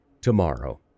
tomorrow